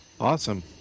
awesome